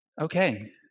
Okay